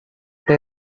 they